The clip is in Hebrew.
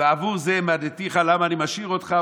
"בעבור זאת העמדתיך" למה אני משאיר אותך?